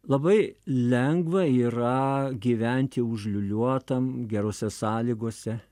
labai lengva yra gyventi užliūliuotam gerose sąlygose